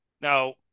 Now